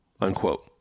Unquote